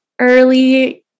early